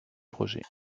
projet